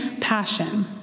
passion—